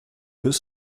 deux